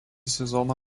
sezoną